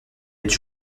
être